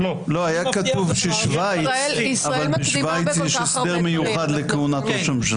אני מבטיח לך --- ישראל מקדימה בכל כך הרבה דברים.